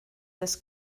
this